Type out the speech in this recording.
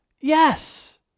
Yes